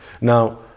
now